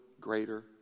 greater